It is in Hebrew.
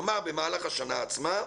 כלומר, במהלך השנה עצמה,